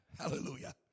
Hallelujah